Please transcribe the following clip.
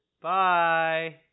Bye